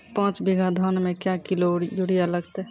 पाँच बीघा धान मे क्या किलो यूरिया लागते?